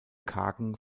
kargen